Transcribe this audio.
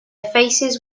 faces